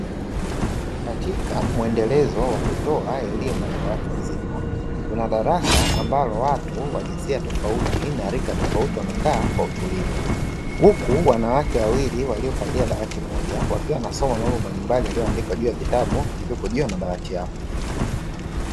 Katika muendelezo wa kutoa elimu kwa watu wazima, kuna darasa ambalo watu wa jinsia tofauti na rika tofauti wamekaa kwa utulivu, huku wanawake wawili waliokalia dawati moja, wakiwa wanasoma mambo mbalimbali yaliyoandikwa juu ya vitabu vilivyopo juu ya madawati yao.